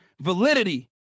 validity